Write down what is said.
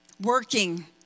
working